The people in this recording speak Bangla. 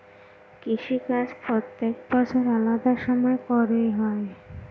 কৃষিকাজ প্রত্যেক বছর আলাদা সময় করে হয়